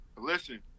Listen